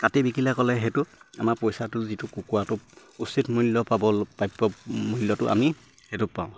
কাটি বিকিলে ক'লে সেইটো আমাৰ পইচাটো যিটো কুকুৰাটো উচিত মূল্য পাব প্ৰাপ্য মূল্যটো আমি সেইটো পাওঁ